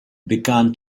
began